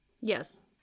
Yes